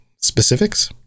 specifics